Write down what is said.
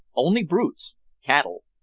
only brutes cattle.